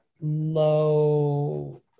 low